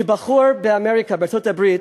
כבחור באמריקה, בארצות-הברית,